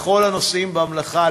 לכל העושים במלאכה,